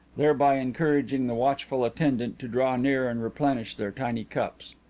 thereby encouraging the watchful attendant to draw near and replenish their tiny cups.